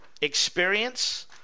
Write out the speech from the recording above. experience